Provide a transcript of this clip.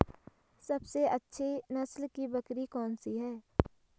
सबसे अच्छी नस्ल की बकरी कौन सी है?